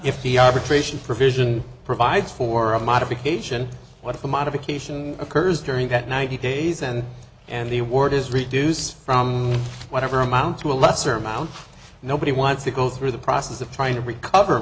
if he arbitration provision provides for a modification what if a modification occurs during that ninety days and and the award is reduced from whatever amounts to a lesser amount nobody wants to go through the process of trying to recover